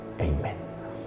Amen